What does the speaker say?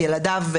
ילדיו,